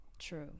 True